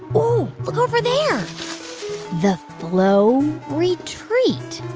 ooh. look over there the flow retreat.